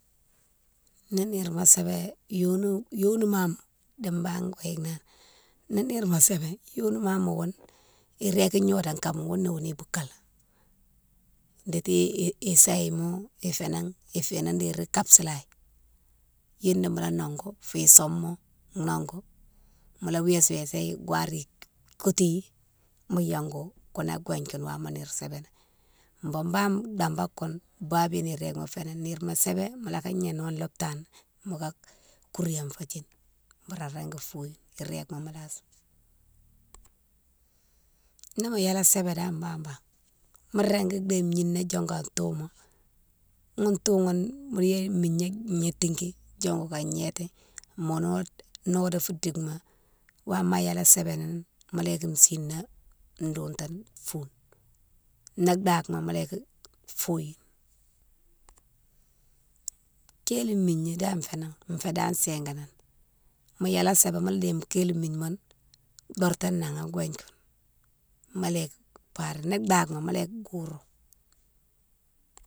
Ni nire ma sébé yoni, yoni mama di banne nro yike nani, ni nire ma sébé yonima ma ghounne irégui gnodone kama younné ghounne boukalé, déti sama ifénan, ifénan déri kapsoulaye younne mola nogou fi sama nogou, mola wésa wésa yi gouware ni koutighi mo yongou kounna gouwégne koune wama nire sébéni. Bon banne dambake koune babiyone régui ma fénan, nire ma sébé mola ka gnéno an lhopita né moka kouriyo fa kine boura régui foyine, iréguima mo lasi. Ni mo yélé sébé dane babane mo régui déye gninan diongou a touma, ghounne toughoune mo déye migna gnétiki diongou ka gnéti mo node, nodé fou dike ma wama ayélé sébéni mo yike sina ndoutane foune, ni dakmo mola yike foyine. Kéli migna dane fénan fé dane singanan, mo yélé sébé modéye kéli migne mounne dorta nan an gouwéne koune mola yike baré, ni dage mo mola yike kourou.